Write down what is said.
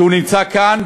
שנמצא כאן,